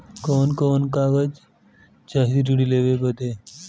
कवन कवन कागज चाही ऋण लेवे बदे?